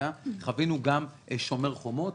חווינו גם "שומר חומות".